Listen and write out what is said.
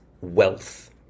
wealth